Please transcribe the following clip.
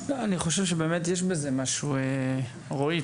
אני חושב שבאמת יש בזה משהו, רועי.